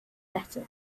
better